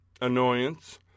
annoyance